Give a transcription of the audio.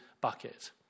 bucket